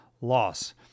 loss